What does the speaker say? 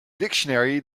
dictionary